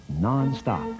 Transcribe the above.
non-stop